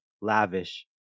lavish